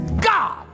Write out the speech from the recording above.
God